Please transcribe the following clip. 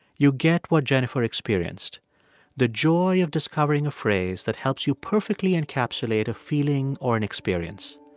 you get what jennifer experienced the joy of discovering a phrase that helps you perfectly encapsulate a feeling or an experience.